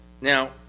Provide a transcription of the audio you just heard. Now